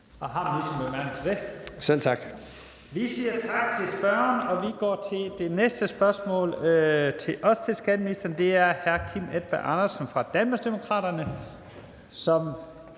Vi siger tak til spørgeren. Vi går til det næste spørgsmål, som også er til skatteministeren. Det er fra hr. Kim Edberg Andersen fra Danmarksdemokraterne.